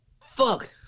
Fuck